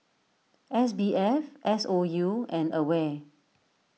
S B F S O U and Aware